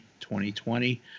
2020